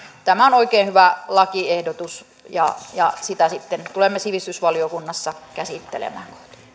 tämä on oikein hyvä lakiehdotus ja ja sitä sitten tulemme sivistysvaliokunnassa käsittelemään